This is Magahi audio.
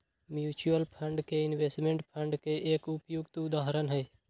म्यूचूअल फंड इनवेस्टमेंट फंड के एक उपयुक्त उदाहरण हई